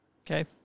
Okay